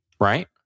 Right